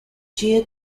gia